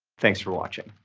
thanks for watching.